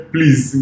Please